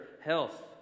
health